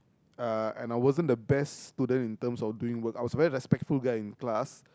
uh and I wasn't the best student in terms doing work but I was very respectful guy in class